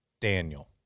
Daniel